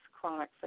chronic